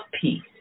peace